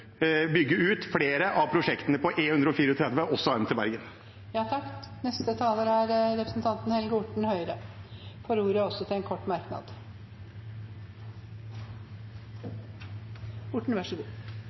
bygge ut flere av prosjektene på E134, også arm til Bergen. Representanten Helge Orten har hatt ordet to ganger tidligere og får ordet til en kort